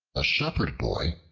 a shepherd-boy,